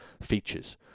features